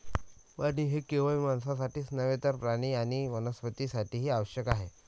पाणी हे केवळ माणसांसाठीच नव्हे तर प्राणी आणि वनस्पतीं साठीही आवश्यक आहे